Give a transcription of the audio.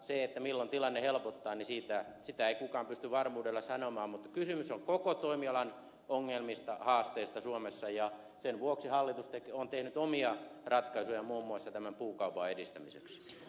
sitä milloin tilanne helpottaa ei kukaan pysty varmuudella sanomaan mutta kysymys on koko toimialan ongelmista ja haasteista suomessa ja sen vuoksi hallitus on tehnyt omia ratkaisuja muun muassa tämän puukaupan edistämiseksi